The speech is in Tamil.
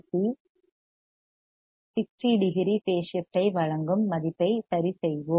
C RC 60 degree phase shift ஐ வழங்கும் மதிப்பை சரிசெய்வோம்